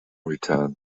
returned